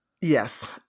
yes